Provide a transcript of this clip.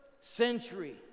century